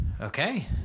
Okay